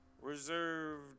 reserved